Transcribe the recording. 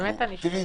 באמת אני שואלת.